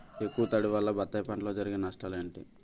ఎక్కువ తడి వల్ల బత్తాయి పంటలో జరిగే నష్టాలేంటి?